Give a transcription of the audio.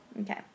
Okay